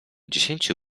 dziesięciu